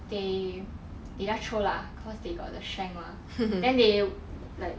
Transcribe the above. they they just throw lah cause they got the strength mah then they like